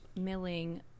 milling